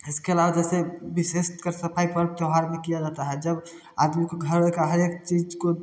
इसके अलावा विशेषकर सफाई त्योहार पर किया जाता है जब आदमी को घर का हर एक चीज को